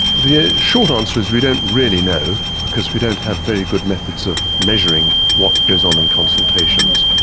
the short answer is we don't really know because we don't have very good methods of measuring what goes on in consultations.